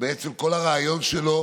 שכל הרעיון שלו הוא